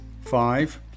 five